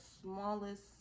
smallest